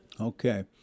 Okay